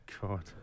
God